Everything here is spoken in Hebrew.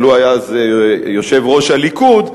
אבל הוא היה אז יושב-ראש הליכוד,